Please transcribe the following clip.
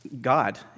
God